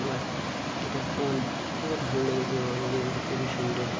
এবার এটা আমার খুবই ভালো লেগেছে এবং গেমটা খুবই সুন্দর